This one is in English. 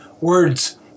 words